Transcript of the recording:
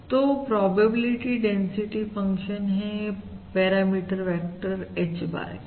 तो probability density function है parameter vector H bar के लिए